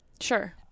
Sure